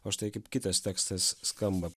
o štai kaip kitas tekstas skamba